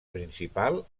principal